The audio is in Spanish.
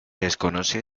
desconoce